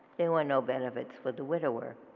there were no benefits for the widower.